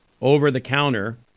over-the-counter